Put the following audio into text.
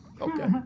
Okay